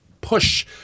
push